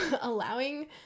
allowing